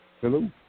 Hello